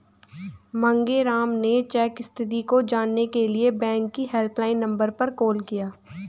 मांगेराम ने चेक स्थिति को जानने के लिए बैंक के हेल्पलाइन नंबर पर कॉल किया